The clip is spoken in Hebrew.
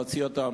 להוציא אותם,